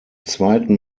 zweiten